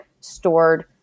stored